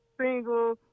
single